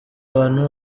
abantu